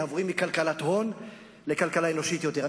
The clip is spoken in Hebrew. אנחנו עוברים מכלכלת הון לכלכלה אנושית יותר.